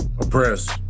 Oppressed